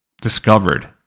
discovered